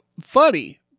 funny